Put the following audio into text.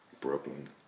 Brooklyn